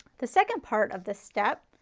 the second part of the step